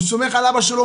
הוא סומך על אבא שלו,